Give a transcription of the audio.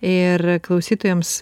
ir klausytojams